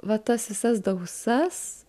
va tas visas dausas